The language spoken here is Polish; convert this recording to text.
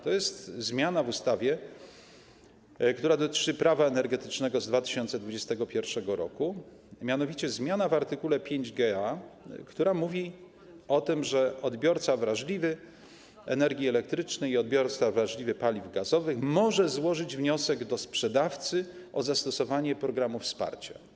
To jest zmiana w ustawie, która dotyczy Prawa energetycznego z 2021 r., mianowicie zmiana w art. 5ga, która mówi o tym, że odbiorca wrażliwy energii elektrycznej i odbiorca wrażliwy paliw gazowych mogą złożyć wniosek do sprzedawcy o zastosowanie programu wsparcia.